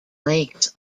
lakes